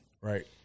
Right